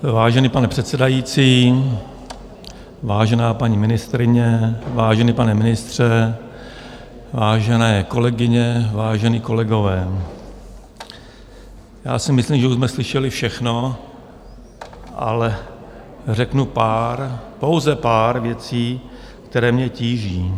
Vážený pane předsedající, vážená paní ministryně, vážený pane ministře, vážené kolegyně, vážení kolegové, já si myslím, že už jsme slyšeli všechno, ale řeknu pár, pouze pár věcí, které mě tíží.